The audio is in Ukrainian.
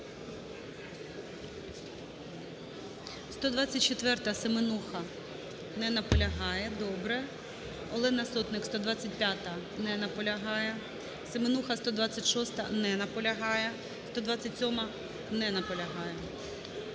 124-а, Семенуха. Не наполягає. Добре. Олена Сотник, 125-а. Не наполягає. Семенуха, 126-а. Не наполягає. 127-а. Не наполягає.